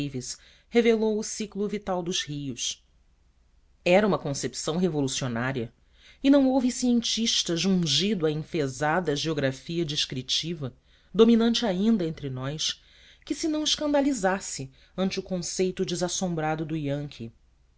davis revelou o ciclo vital dos rios era uma concepção revolucionária e não houve cientista jungido à enfezada geografia descritiva dominante ainda entre nós que se não escandalizasse ante o conceito desassombrado do yankee